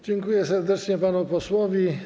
Dziękuję serdecznie panu posłowi.